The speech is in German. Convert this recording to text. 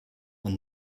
man